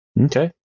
Okay